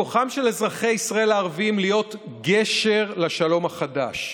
בכוחם של אזרחי ישראל הערבים להיות גשר לשלום החדש,